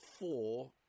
four